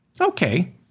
Okay